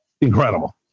incredible